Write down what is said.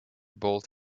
bolt